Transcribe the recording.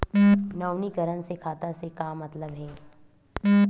नवीनीकरण से खाता से का मतलब हे?